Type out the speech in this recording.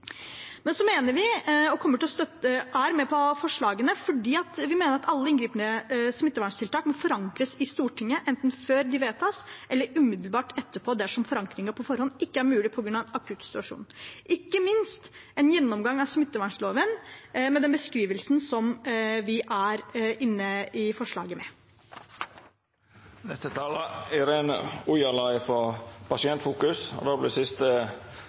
Men vi er med på forslagene fordi vi mener at alle inngripende smitteverntiltak må forankres i Stortinget, enten før de vedtas eller umiddelbart etterpå, dersom forankring på forhånd ikke er mulig på grunn av en akutt situasjon, ikke minst en gjennomgang av smittevernloven, med den beskrivelsen som vi er inne i forslaget med. Jeg skal bare gi en liten stemmeforklaring til denne saken, sak nr. 12. I innstillingen til saken står Pasientfokus